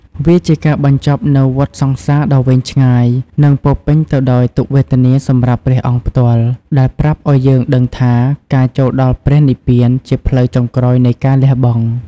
វាជាការបញ្ចប់នូវវដ្តសង្សារដ៏វែងឆ្ងាយ និងពោរពេញទៅដោយទុក្ខវេទនាសម្រាប់ព្រះអង្គផ្ទាល់ ដែលប្រាប់ឲ្យយើងដឹងថា ការចូលដល់ព្រះនិព្វានជាផ្លូវចុងក្រោយនៃការលះបង់។